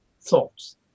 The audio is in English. thoughts